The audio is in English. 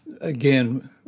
Again